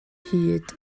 hud